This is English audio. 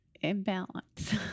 Imbalance